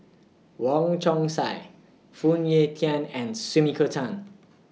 Wong Chong Sai Phoon Yew Tien and Sumiko Tan